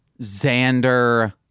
Xander